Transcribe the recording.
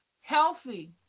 healthy